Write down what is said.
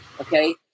Okay